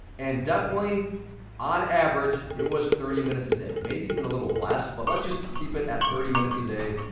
and definitely on average, it was thirty minutes a day, maybe even a little less, but let's just keep it at thirty minutes a day.